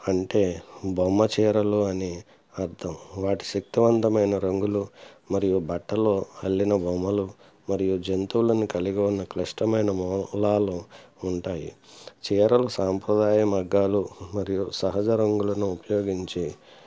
అంటే బొమ్మ చీరలు అని అర్థం వాటి శక్తివంతమైన రంగులు మరియు బట్టలు అల్లిన బొమ్మలు మరియు జంతువులను కలిగి ఉన్న క్లిష్టమైన మూలాలు ఉంటాయి చీరలు సాంప్రదాయ మగ్గాలు మరియు సహజరంగులను ఉపయోగించి